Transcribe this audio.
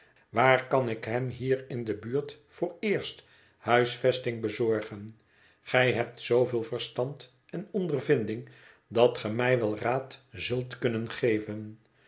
waar kan ik hem hier in de buurt vooreerst huisvesting bezorgen gij hebt zooveel verstand en ondervinding dat ge mij wel raad zult kunnen geven